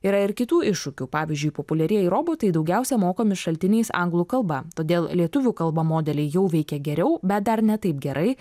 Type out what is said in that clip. yra ir kitų iššūkių pavyzdžiui populiarieji robotai daugiausia mokomi šaltiniais anglų kalba todėl lietuvių kalba modeliai jau veikia geriau bet dar ne taip gerai